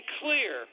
clear